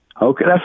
Okay